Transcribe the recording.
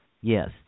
Yes